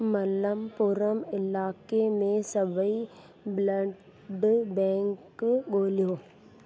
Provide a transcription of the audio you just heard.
मलप्पुरम इलाइक़े में सभई ब्लड बैंक ॻोल्हियो